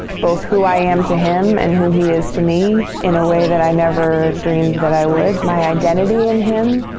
both who i am to him and who he is to me in a way that i never dreamed that i would. my identity in him.